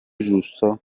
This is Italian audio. giusto